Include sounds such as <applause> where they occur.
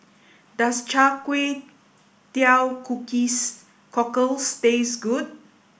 does Char Kway Teow <unintelligible> Cockles taste good